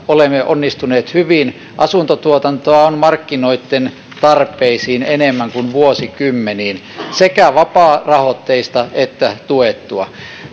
olemme onnistuneet hyvin asuntotuotantoa on markkinoitten tarpeisiin enemmän kuin vuosikymmeniin sekä vapaarahoitteista että tuettua